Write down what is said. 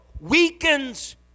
weakens